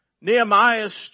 Nehemiah's